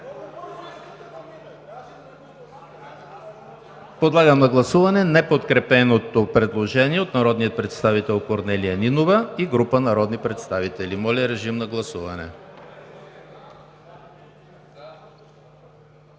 Подлагам на гласуване неподкрепеното предложение от народния представител Корнелия Нинова и група народни представители. Гласували